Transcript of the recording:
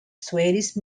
swedish